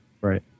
Right